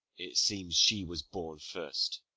it seems she was born first